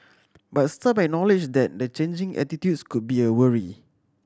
but some acknowledged that the changing attitudes could be a worry